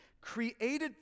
created